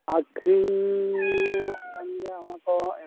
ᱟᱹᱠᱷᱟᱨᱤᱧᱚᱜ ᱠᱟᱱ ᱜᱮᱭᱟ ᱚᱱᱟ ᱠᱚ